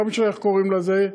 ולא משנה איך קוראים לזה,